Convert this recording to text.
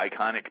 iconic